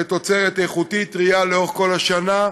לתוצרת איכותית טרייה לאורך כל השנה,